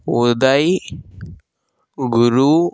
ఉదయ్ గురూ